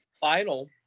final